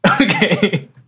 Okay